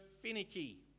finicky